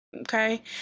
Okay